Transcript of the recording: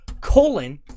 colon